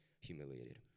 humiliated